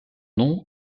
nom